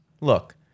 look